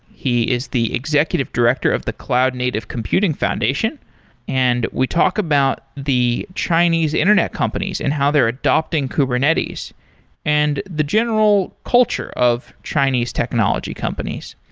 he is the executive director of the cloud native computing foundation and we talk about the chinese internet companies and how they're adopting kubernetes and the general culture of chinese technology companies.